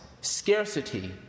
scarcity